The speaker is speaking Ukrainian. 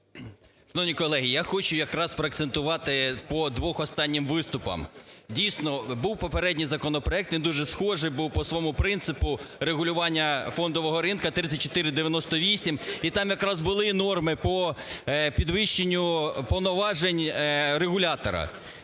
Шановні колеги, я хочу якраз проакцентувати по двох останніх виступах. Дійсно, був попередній законопроект, він дуже схожий був по своєму принципу регулювання фондового ринку (3498), і там якраз були норми по підвищенню повноважень регулятора.